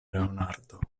leonardo